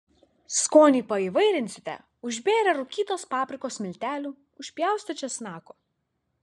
skonį paįvairinsite užbėrę rūkytos paprikos miltelių užpjaustę česnako